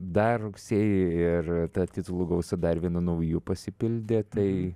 dar rugsėjį ir ta titulų gausa dar vienu nauju pasipildė tai